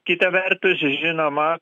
kita vertus žinoma